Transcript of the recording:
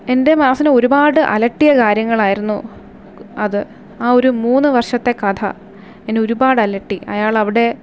എൻ്റെ മനസിനെ ഒരുപാട് അലട്ടിയ കാര്യങ്ങളായിരുന്നു അത് ആ ഒരു മൂന്ന് വർഷത്തെ കഥ എന്നെ ഒരുപാട് അലട്ടി അയാൾ അവിടെ